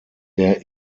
der